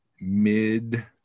mid